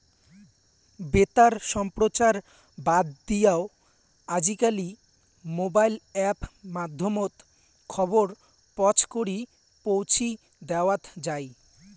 বেতার সম্প্রচার বাদ দিয়াও আজিকালি মোবাইল অ্যাপ মাধ্যমত খবর পছকরি পৌঁছি দ্যাওয়াৎ যাই